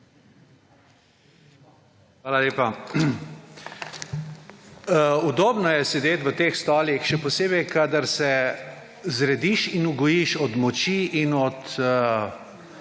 Hvala lepa. Udobno je sedeti v teh stolih, še posebej kadar se zrediš in ugojiš od moči in od